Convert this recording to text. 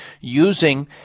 using